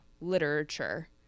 literature